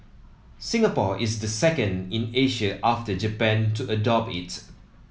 Singapore is the second in Asia after Japan to adopt it